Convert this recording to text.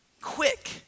Quick